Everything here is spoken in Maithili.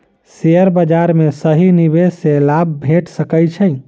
शेयर बाजार में सही निवेश सॅ लाभ भेट सकै छै